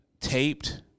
taped